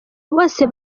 bose